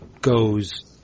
goes